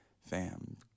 fam